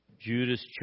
Judas